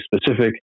specific